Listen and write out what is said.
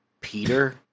Peter